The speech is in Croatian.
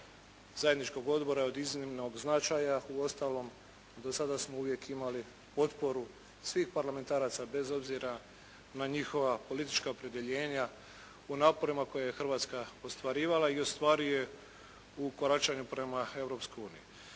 zajedničkog odbora je od iznimnog značaja. Uostalom, do sada smo uvijek imali potporu svih parlamentaraca bez obzira na njihova politička opredjeljenja u naporima koje je Hrvatska ostvarivala i ostvaruje u koračanju prema